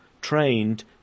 trained